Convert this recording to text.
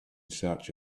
search